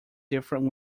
different